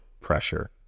pressure